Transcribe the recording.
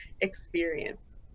experience